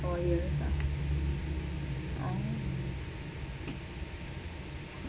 four years ah oh